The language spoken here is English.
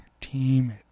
team